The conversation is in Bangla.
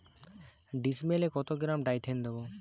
ডিস্মেলে কত গ্রাম ডাইথেন দেবো?